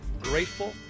grateful